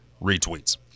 retweets